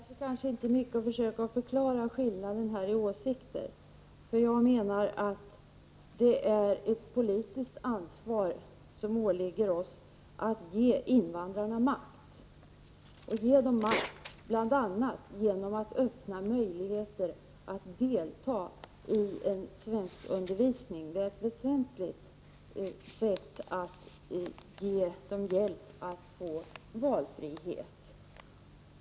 Herr talman! Det lönar sig kanske inte mycket att försöka förklara skillnaden i åsikter mellan oss. Det är ett politiskt ansvar som åligger oss att ge invandrarna makt — och ge dem detta bl.a. genom att öppna möjligheter för dem att delta i svenskundervisning. Det är ett betydelsefullt sätt att hjälpa dem att få valfrihet.